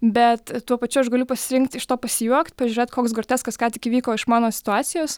bet tuo pačiu aš galiu pasirinkt iš to pasijuokt pažiūrėt koks groteskas ką tik įvyko iš mano situacijos